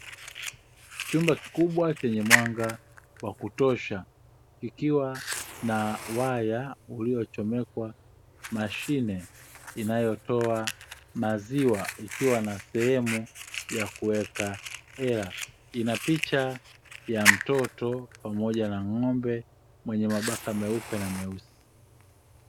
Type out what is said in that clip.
Chumba kikubwa chenye mwanga wa kutosha kikiwa na waya uliochomekwa mashine inayotoa maziwa ikiwa na sehemu ya kuweka hela, ina picha ya mtoto pamoja na ng’ombe mwenye mabaka meupe na meusi.